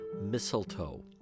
mistletoe